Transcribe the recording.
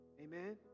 Amen